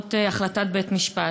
למרות החלטת בית-משפט.